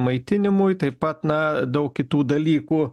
maitinimui taip pat na daug kitų dalykų